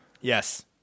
Yes